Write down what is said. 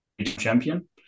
champion